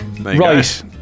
Right